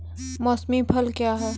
मौसमी फसल क्या हैं?